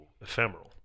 ephemeral